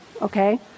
okay